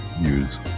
use